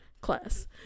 class